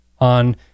on